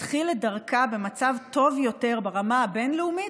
תתחיל את דרכה במצב טוב יותר ברמה הבין-לאומית,